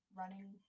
running